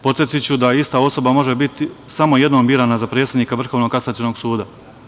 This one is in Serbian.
Podsetiću da ista osoba može biti samo jednom birana za predsednika Vrhovnog kasacionog suda.